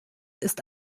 ist